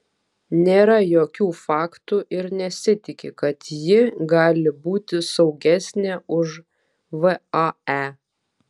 nėra jokių faktų ir nesitiki kad ji gali būti saugesnė už vae